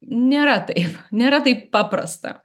nėra taip nėra taip paprasta